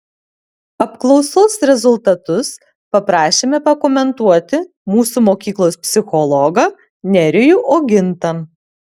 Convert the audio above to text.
apklausos rezultatus paprašėme pakomentuoti mūsų mokyklos psichologą nerijų ogintą